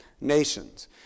nations